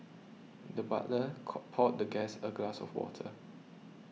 the butler co poured the guest a glass of water